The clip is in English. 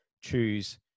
choose